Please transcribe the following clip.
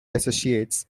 associates